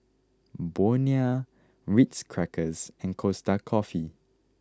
Bonia Ritz Crackers and Costa Coffee